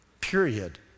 period